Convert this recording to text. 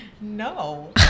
no